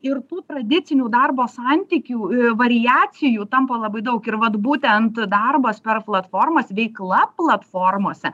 ir tų tradicinių darbo santykių variacijų tampa labai daug ir vat būtent darbas per platformas veikla platformose